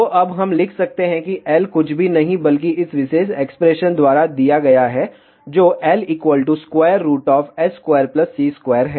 तो अब हम लिख सकते हैं कि L कुछ भी नहीं है बल्कि इस विशेष एक्सप्रेशन द्वारा दिया गया है जो LS2C2 है